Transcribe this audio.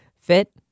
fit